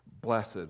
Blessed